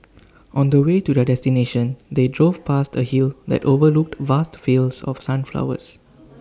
on the way to their destination they drove past A hill that overlooked vast fields of sunflowers